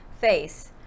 face